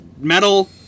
Metal